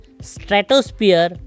stratosphere